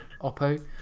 OPPO